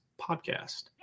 podcast